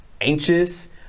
anxious